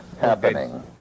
happening